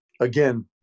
again